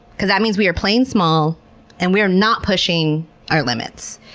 because that means we are playing small and we're not pushing our limits.